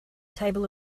table